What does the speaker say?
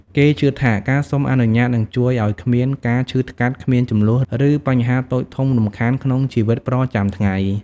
គេជឿថា ការសុំអនុញ្ញាតនឹងជួយឲ្យគ្មានការឈឺថ្កាត់ គ្មានជម្លោះ ឬបញ្ហាតូចធំរំខានក្នុងជីវិតប្រចាំថ្ងៃ។